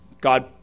God